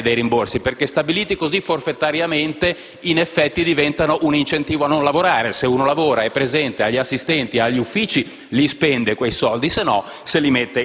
delle diarie e dei rimborsi, perché stabilite così forfetariamente in effetti diventano un incentivo a non lavorare. Se una persona lavora, è presente, ha gli assistenti, ha gli uffici, spende quei soldi,